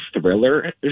thriller